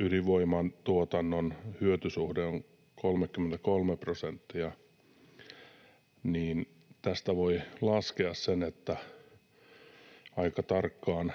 ydinvoimantuotannon hyötysuhde on 33 prosenttia. Tästä voi laskea, että aika tarkkaan